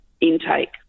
intake